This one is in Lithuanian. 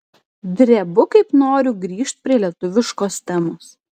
drebu kaip noriu grįžt prie lietuviškos temos